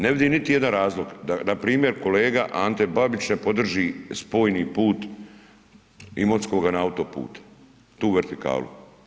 Ne vidim niti jedan razlog, da npr. kolega Ante Babić ne podrži spojni put Imotskoga na autoput, vertikalu.